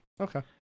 Okay